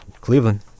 Cleveland